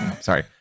sorry